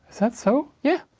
is that so? yeah.